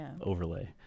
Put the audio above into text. overlay